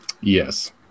yes